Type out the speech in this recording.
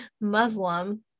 Muslim